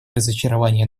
разочарование